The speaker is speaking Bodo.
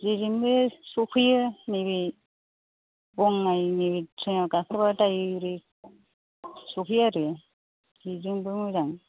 जेजोंबो सफैयो नैबे बङाइगावनि ट्रेन आव गाखोबा डायरेक्ट सफैयो आरो बेजोंबो मोजां